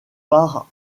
part